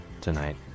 tonight